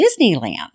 Disneyland